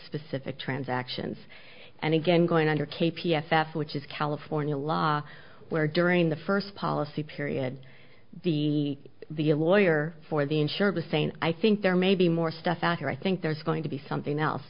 specific transactions and again going under k p f f which is california law where during the first policy period the the lawyer for the insured was saying i think there may be more stuff out here i think there's going to be something else